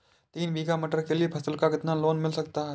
तीन बीघा मटर के लिए फसल पर कितना लोन मिल सकता है?